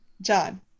John